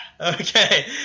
Okay